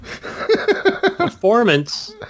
performance